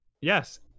Yes